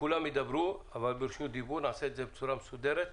כולם ידברו אבל ברשות דיבור בצורה מסודרת.